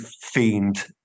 fiend